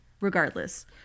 regardless